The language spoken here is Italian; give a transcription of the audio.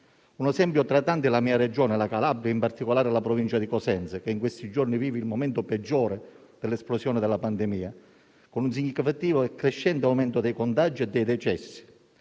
Un esempio tra i tanti è la mia Regione, la Calabria e, in particolare, la provincia di Cosenza, che in questi giorni vive il momento peggiore dall'esplosione della pandemia, con un significativo e crescente aumento dei contagi e dei decessi.